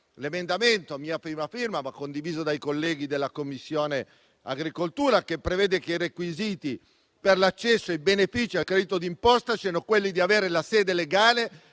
l'emendamento a mia prima firma, ma condiviso dai colleghi della Commissione agricoltura, che prevede che i requisiti per l'accesso ai benefici al credito d'imposta siano quelli di avere la sede legale